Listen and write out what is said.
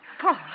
Paul